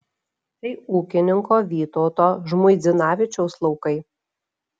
tai ūkininko vytauto žmuidzinavičiaus laukai